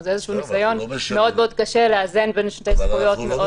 זה איזה ניסיון מאוד מאוד קשה לאזן בין שתי זכויות מאוד בסיסיות.